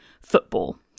football